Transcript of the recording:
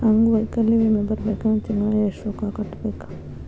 ಅಂಗ್ವೈಕಲ್ಯ ವಿಮೆ ಬರ್ಬೇಕಂದ್ರ ತಿಂಗ್ಳಾ ಯೆಷ್ಟ್ ರೊಕ್ಕಾ ಕಟ್ಟ್ಬೇಕ್?